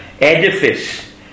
edifice